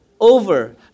over